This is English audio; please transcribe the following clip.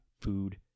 food